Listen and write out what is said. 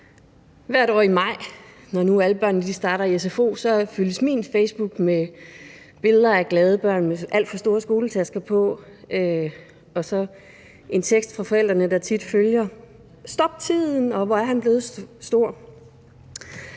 Hvert år i maj, når nu alle børnene starter i sfo, fyldes min facebookside med billeder af glade børn med alt for store skoletasker på og så en tekst fra forældrene, der tit lyder: Stop tiden. Og: Hvor er han blevet stor.